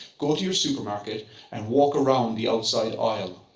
go to your supermarket and walk around the outside aisle.